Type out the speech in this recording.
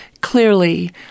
clearly